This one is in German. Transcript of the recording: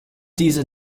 diese